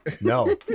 No